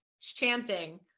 chanting